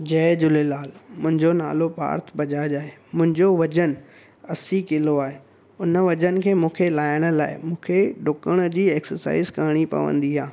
जय झूलेलाल मुंहिंजो नालो पार्थ बजाज आहे मुंहिंजो वज़न असीं किलो आहे उन वज़न खे मूंखे लाहिण लाइ मूंखे डुकण जी एक्सरसाइज़ करणी पवंदी आहे